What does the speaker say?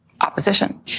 Opposition